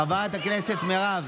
חברת הכנסת מירב,